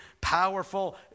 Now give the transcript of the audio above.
powerful